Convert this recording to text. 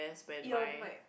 eon mike